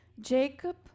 Jacob